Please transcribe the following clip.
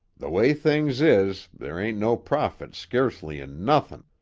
the way things is, there ain't no profit skeercely in nothin'.